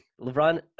LeBron